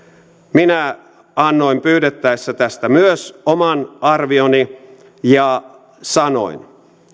minä annoin pyydettäessä tästä myös oman arvioni ja sanoin